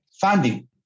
funding